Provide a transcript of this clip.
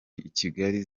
kigali